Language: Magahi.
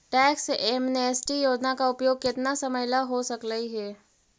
टैक्स एमनेस्टी योजना का उपयोग केतना समयला हो सकलई हे